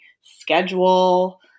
schedule